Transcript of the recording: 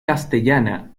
castellana